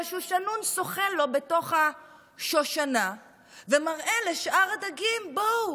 והשושנון שוחה לו בתוך השושנה ומראה לשאר הדגים: בואו,